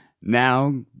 now